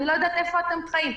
אני לא יודעת איפה אתם חיים.